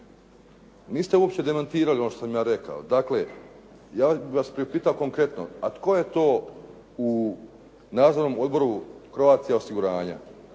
niste uopće demantirali ono što sam ja rekao. Dakle, ja bih vas priupitao konkretno. A tko je to u Nadzornom odboru Croatia osiguranja?